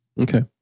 Okay